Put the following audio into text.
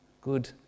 Good